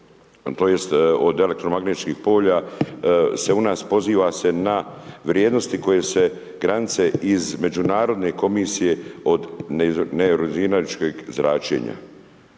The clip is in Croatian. tj. od elektromagnetskih polja se u nas poziva se na vrijednosti koje se granice iz međunarodne komisije od …/Govornik se